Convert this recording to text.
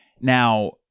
Now